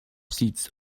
seats